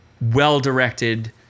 well-directed